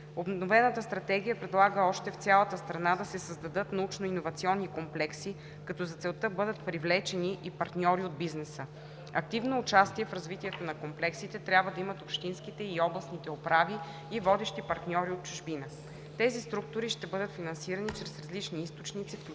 Обновената Стратегия предлага още в цялата страна да се създадат научно-иновационни комплекси, като за целта бъдат привлечени и партньори от бизнеса. Активно участие в развитието на комплексите трябва да имат общинските и областните управи и водещи партньори от чужбина. Тези структури ще бъдат финансирани чрез различни източници,